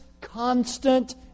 constant